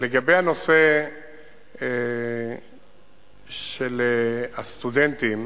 לגבי הנושא של הסטודנטים,